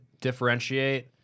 differentiate